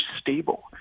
stable